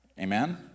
Amen